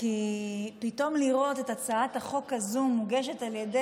כי פתאום לראות את הצעת החוק הזו מוגשת על ידי